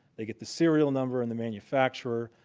they get the serial number and the manufacturer.